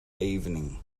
evening